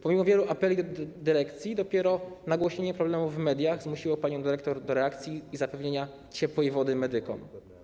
Pomimo wielu apeli do dyrekcji dopiero nagłośnienie problemu w mediach zmusiło panią dyrektor do reakcji i zapewnienia ciepłej wody medykom.